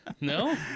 No